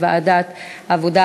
לוועדת העבודה,